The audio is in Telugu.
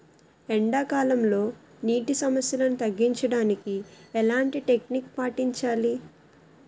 ఎండా కాలంలో, నీటి సమస్యలను తగ్గించడానికి ఎలాంటి టెక్నిక్ పాటించాలి?